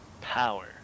power